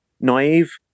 naive